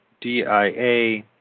DIA